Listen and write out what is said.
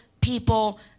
people